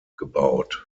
gebaut